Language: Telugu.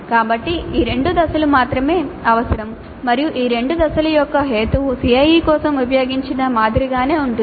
కాబట్టి ఈ రెండు దశలు మాత్రమే అవసరం మరియు ఈ రెండు దశల యొక్క హేతువు CIE కోసం ఉపయోగించిన మాదిరిగానే ఉంటుంది